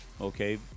okay